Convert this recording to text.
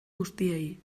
guztiei